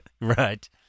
Right